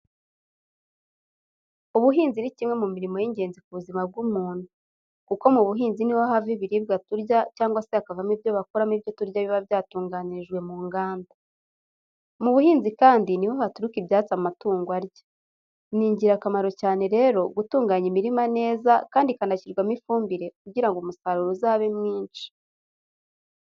Ubuhinzi ni kimwe mu mirimo y'ingenzi ku buzima bw'umuntu. Kuko mu buhinzi ni ho hava ibiribwa turya cyangwa se hakavamo ibyo bakoramo ibyo turya biba byatunganirijwe mu nganda. Mu buhinzi kandi niho haturuka ibyatsi amatungo arya. Ni ingirakamaro cyane rero gutunganya imirima neza kandi ikanashyirwamo ifumbire kugira ngo umusaruro uzabe mwinshi.